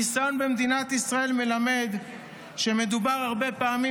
הניסיון במדינת ישראל מלמד שמדובר הרבה פעמים